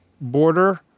border